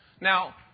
Now